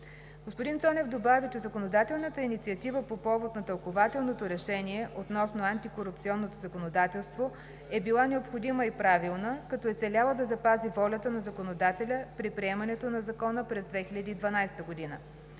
Господин Цонев добави, че законодателната инициатива по повод на тълкувателното решение относно антикорупционното законодателство е била необходима и правилна, като е целяла да запази волята на законодателя при приемането на закона през 2012 г.